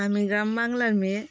আমি গ্রাম বাংলার মেয়ে